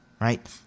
Right